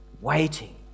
waiting